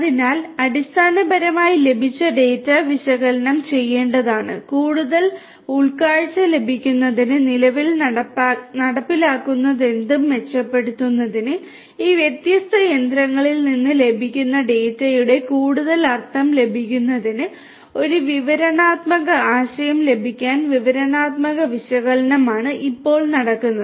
അതിനാൽ അടിസ്ഥാനപരമായി ലഭിച്ച ഡാറ്റ വിശകലനം ചെയ്യേണ്ടതാണ് കൂടുതൽ ഉൾക്കാഴ്ച ലഭിക്കുന്നതിന് നിലവിൽ നടപ്പിലാക്കുന്നതെന്തും മെച്ചപ്പെടുത്തുന്നതിന് ഈ വ്യത്യസ്ത യന്ത്രങ്ങളിൽ നിന്ന് ലഭിക്കുന്ന ഡാറ്റയുടെ കൂടുതൽ അർത്ഥം ലഭിക്കുന്നതിന് ഒരു വിവരണാത്മക ആശയം ലഭിക്കാൻ വിവരണാത്മക വിശകലനമാണ് ഇപ്പോൾ നടക്കുന്നത്